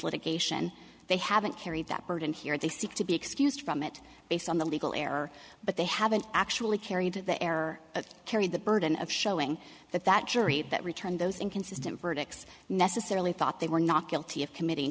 litigation they haven't carried that burden here as they seek to be excused from it based on the legal error but they haven't actually carried the error carried the burden of showing that that jury that returned those inconsistent verdicts necessarily thought they were not guilty of committ